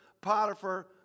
Potiphar